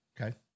Okay